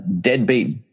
deadbeat